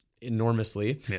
enormously